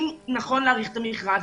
אם נכון להאריך את המכרז,